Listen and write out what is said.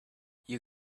you